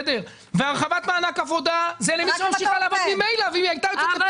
הרחבת מענק עבודה, זה למי שממילא ממשיכה לעבוד.